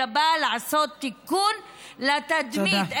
אלא בא לעשות תיקון לתדמית,